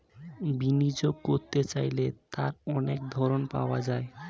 বিনিয়োগ করতে চাইলে তার অনেক ধরন পাওয়া যায়